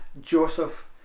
Joseph